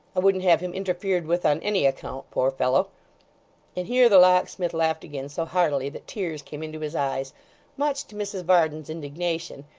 i wouldn't have him interfered with on any account, poor fellow and here the locksmith laughed again so heartily, that tears came into his eyes much to mrs varden's indignation,